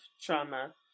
trauma